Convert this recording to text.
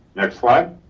next slide.